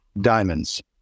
diamonds